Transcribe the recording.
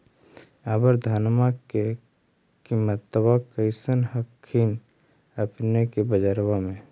अबर धानमा के किमत्बा कैसन हखिन अपने के बजरबा में?